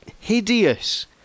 hideous